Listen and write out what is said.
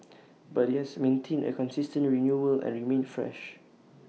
but IT has maintained A consistent renewal and remained fresh